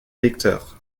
électeur